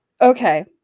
okay